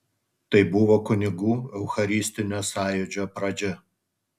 tai buvo kunigų eucharistinio sąjūdžio pradžia